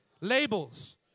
labels